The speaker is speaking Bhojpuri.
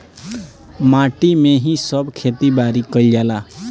माटी में ही सब खेती बारी कईल जाला